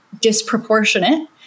disproportionate